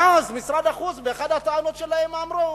ואז משרד החוץ, באחת מהטענות שלו אמר: